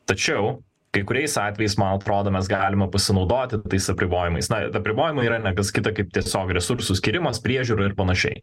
tačiau kai kuriais atvejais man atrodo galime pasinaudoti tais apribojimais na apribojimai yra ne kas kita kaip tiesiog resursų skyrimas priežiūra ir panašiai